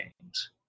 games